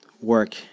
work